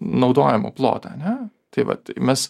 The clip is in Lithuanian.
naudojimų plotą ane tai va tai mes